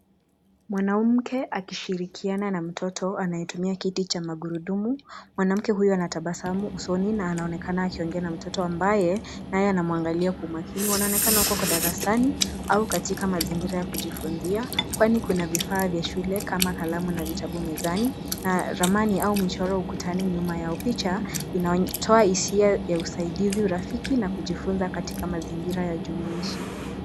Mwanamke akishirikiana na mtoto anayetumia kiti cha magurudumu. Mwanamke huyu ana tabasamu usoni na anaonekana akiongea na mtoto ambaye naye anamwangalia kwa makini. Wanaonekana wako kwa darasani au katika mazingira ya kujifunzia kwani kuna vifaa vya shule kama kalamu na vitabu mezani na ramani au michoro ukutani nyuma yao. Picha inatoa hisia ya usaidizi, urafiki na kujifunza katika mazingira ya jumuishi.